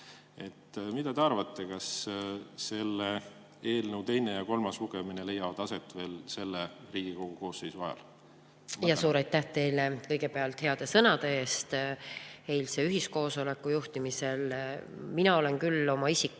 Mida te arvate, kas selle eelnõu teine ja kolmas lugemine leiavad aset veel selle Riigikogu koosseisu ajal? Suur aitäh teile kõigepealt heade sõnade eest eilse ühiskoosoleku juhtimisel! Mina olen küll oma isiku